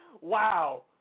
Wow